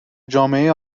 جامعه